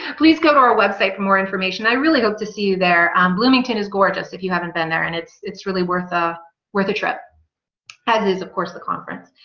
please go to our website for more information. i really hope to see you there um bloomington is gorgeous if you haven't been there and it's it's really worth a worth a trip as is, of course, the conference